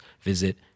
visit